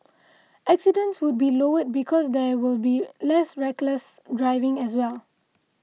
accidents would be lowered because there will be less reckless driving as well